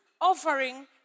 offering